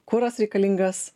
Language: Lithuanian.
kuras reikalingas